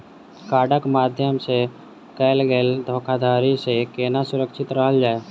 कार्डक माध्यम सँ कैल गेल धोखाधड़ी सँ केना सुरक्षित रहल जाए?